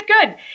good